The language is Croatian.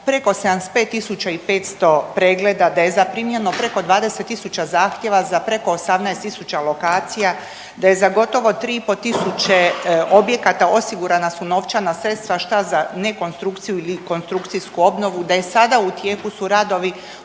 i 500 pregleda, da je zaprimljeno preko 20 tisuća zahtjeva za preko 18 tisuća lokacija, da je za gotovo 3,5 tisuće objekata osigurana su novčana sredstva šta za ne konstrukciju ili konstrukcijsku obnovu, da je sada u tijeku su radovi